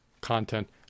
content